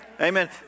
Amen